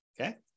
Okay